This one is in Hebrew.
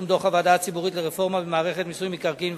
דוח הוועדה הציבורית לרפורמה במערכת מיסוי מקרקעין,